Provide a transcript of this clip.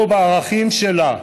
לא בערכים שלה,